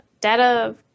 data